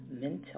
mental